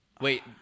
wait